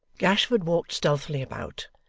gashford walked stealthily about,